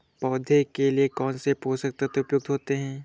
पौधे के लिए कौन कौन से पोषक तत्व उपयुक्त होते हैं?